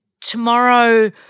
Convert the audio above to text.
tomorrow